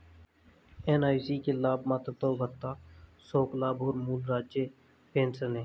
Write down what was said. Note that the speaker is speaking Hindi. एन.आई.सी के लाभ मातृत्व भत्ता, शोक लाभ और मूल राज्य पेंशन हैं